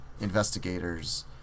investigators